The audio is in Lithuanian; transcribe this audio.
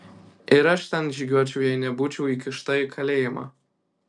ir aš ten žygiuočiau jei nebūčiau įkišta į kalėjimą